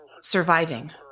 Surviving